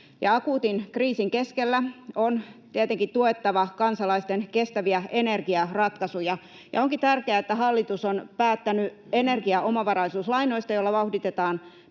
Akuutin kriisin keskellä on tietenkin tuettava kansalaisten kestäviä energiaratkaisuja, ja onkin tärkeää, että hallitus on päättänyt energiaomavaraisuuslainoista, joilla vauhditetaan pk-yritysten,